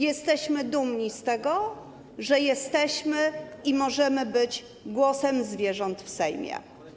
Jesteśmy dumni z tego, że jesteśmy i możemy być głosem zwierząt w Sejmie.